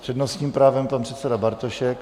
S přednostním právem pan předseda Bartošek.